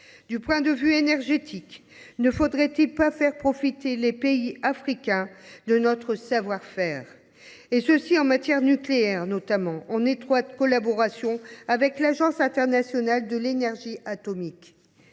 Du point de vue énergétique, nous pourrions faire profiter les États africains de notre savoir faire, notamment en matière nucléaire, en étroite collaboration avec l’Agence internationale de l’énergie atomique